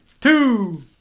Two